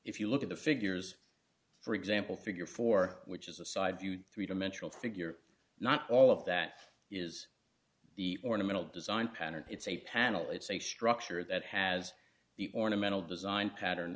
if you look at the figures for example figure four which is a side view three dimensional figure not all of that is the ornamental design pattern it's a panel it's a structure that has the ornamental design pattern